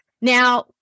Now